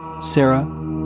Sarah